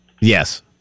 Yes